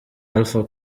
alpha